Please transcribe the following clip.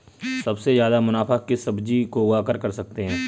सबसे ज्यादा मुनाफा किस सब्जी को उगाकर कर सकते हैं?